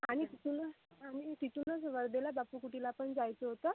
आणि तिथूनच आणि तिथूनच वर्धेला बापू कुटीला पण जायचं होतं